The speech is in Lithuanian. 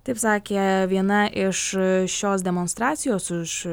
taip sakė viena iš šios demonstracijos už